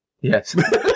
Yes